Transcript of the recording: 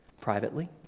privately